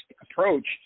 approached